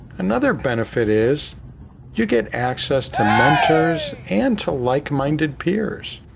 another benefit is you get access to mentors and to like-minded peers.